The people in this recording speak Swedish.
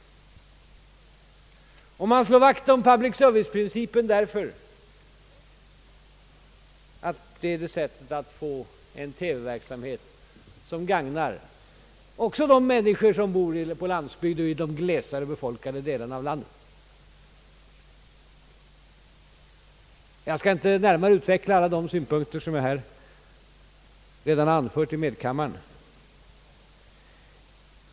Om man slår vakt om public-serviceprincipen skapas säkerhet för att vi får en TV-verksamhet som gagnar också de människor som bor på landsbygden och i de glesbefolkade delarna av landet. Jag skall inte utveckla alla de synpunkter som jag härvidlag har anfört i medkammaren.